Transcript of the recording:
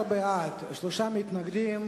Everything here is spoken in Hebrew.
19, בעד, שלושה מתנגדים.